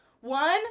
one